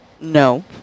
No